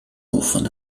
often